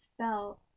spell-